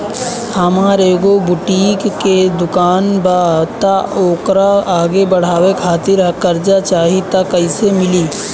हमार एगो बुटीक के दुकानबा त ओकरा आगे बढ़वे खातिर कर्जा चाहि त कइसे मिली?